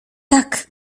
tak